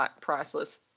priceless